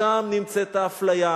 שם נמצאת האפליה,